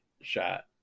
Shot